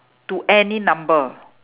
to any number